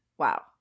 Wow